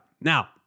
Now